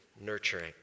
nurturing